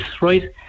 right